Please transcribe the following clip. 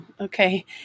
okay